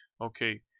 Okay